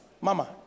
mama